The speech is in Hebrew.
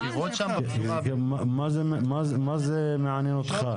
מה זה מעניין אותך?